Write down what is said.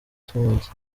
tw’umujyi